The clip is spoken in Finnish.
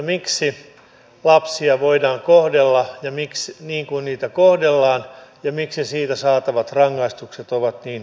miksi lapsia voidaan kohdella niin kuin heitä kohdellaan ja miksi siitä saatavat rangaistukset ovat niin kevyitä